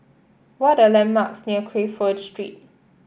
what are the landmarks near Crawford Street